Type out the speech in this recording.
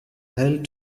held